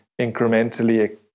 incrementally